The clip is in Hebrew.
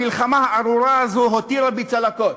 המלחמה הארורה הזו הותירה בי צלקות: